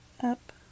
up